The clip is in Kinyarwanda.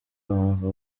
bumva